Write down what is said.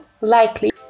likely